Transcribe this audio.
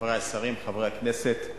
חברי השרים, חברי הכנסת,